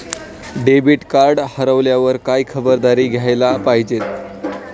Debit card हरवल्यावर काय खबरदारी घ्यायला पाहिजे?